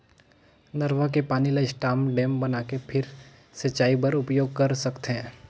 नरूवा के पानी ल स्टॉप डेम बनाके फेर सिंचई बर उपयोग कर सकथे